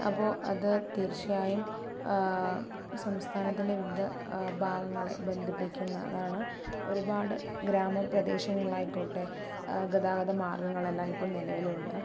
അപ്പോൾ അത് തീര്ച്ചയായും സംസ്ഥാനത്തിൻ്റെ വിവിധ ഭാഗങ്ങളെ ബന്ധിപ്പിക്കുന്നതാണ് ഒരുപാട് ഗ്രാമപ്രദേശങ്ങളായിക്കോട്ടെ ഗതാഗത മാര്ഗ്ഗങ്ങള് എല്ലായ്പ്പോഴും നിലവിലുണ്ട്